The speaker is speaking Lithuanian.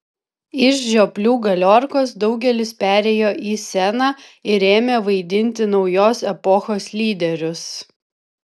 iš žioplių galiorkos daugelis perėjo į sceną ir ėmė vaidinti naujos epochos lyderius